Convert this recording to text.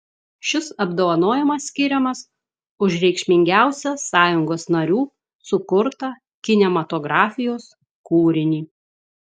šis apdovanojimas skiriamas už reikšmingiausią sąjungos narių sukurtą kinematografijos kūrinį